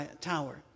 tower